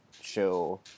show